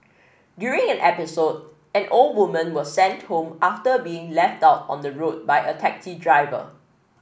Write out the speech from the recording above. during an episode an old woman was sent home after being left out on the road by a taxi driver